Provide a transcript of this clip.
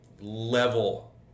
level